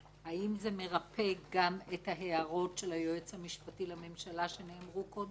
האם זה מרפא גם את ההערות של היועץ המשפטי לממשלה שנאמרו קודם?